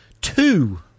Two